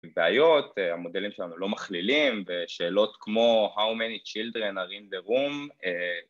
‫בעיות, המודלים שלנו לא מכלילים, ‫ושאלות כמו ‫כמה ילדים יש בחדר?